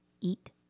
eat